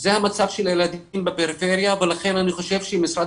זה המצב של הילדים בפריפריה ולכן אני חושב שמשרד